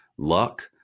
luck